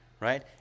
Right